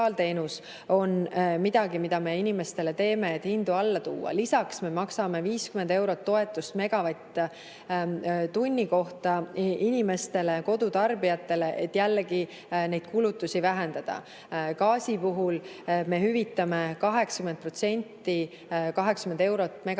on midagi, mida me teeme inimeste heaks, et hindu alla tuua. Lisaks me maksame 50 eurot toetust megavatt-tunni kohta inimestele, kodutarbijatele, et jällegi kulutusi vähendada. Gaasi puhul me hüvitame 80% 80 eurot